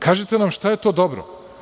Kažite nam šta je to dobro.